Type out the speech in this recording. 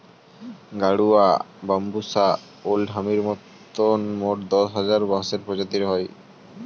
গাডুয়া, বাম্বুষা ওল্ড হামির মতন মোট দশ হাজার বাঁশের প্রজাতি হয়